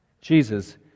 Jesus